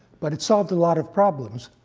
but it solved a lot of problems.